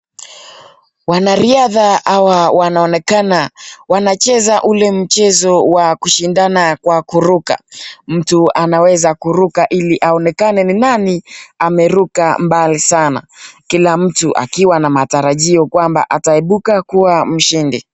Wanariadha hawa wanaonekana wanacheza ule mchezo wa kushindana kwa kuruka. Mtu anaweza kuruka ili aonekane ni nani ameruka mbali sana. Kila mtu akiwa na matarajio kwamba ataibuka kuwa mshindi.